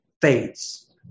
fades